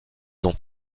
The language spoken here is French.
ont